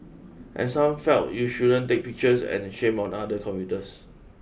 and some felt you shouldn't take pictures and shame on other commuters